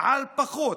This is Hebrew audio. על פחות.